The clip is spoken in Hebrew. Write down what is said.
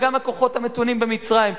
וגם הכוחות המתונים במצרים.